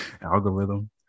algorithm